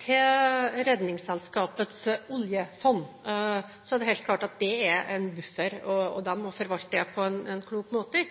Til Redningsselskapets oljefond: Det er helt klart at det er en buffer, og den må forvaltes på en klok måte.